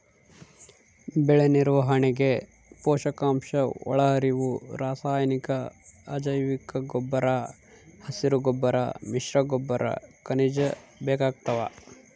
ಬೆಳೆನಿರ್ವಹಣೆಗೆ ಪೋಷಕಾಂಶಒಳಹರಿವು ರಾಸಾಯನಿಕ ಅಜೈವಿಕಗೊಬ್ಬರ ಹಸಿರುಗೊಬ್ಬರ ಮಿಶ್ರಗೊಬ್ಬರ ಖನಿಜ ಬೇಕಾಗ್ತಾವ